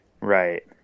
Right